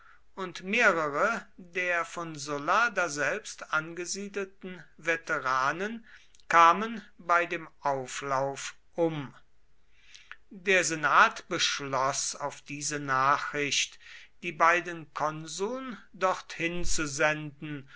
und mehrere der von sulla daselbst angesiedelten veteranen kamen bei dem auflauf um der senat beschloß auf diese nachricht die beiden konsuln dorthin zu senden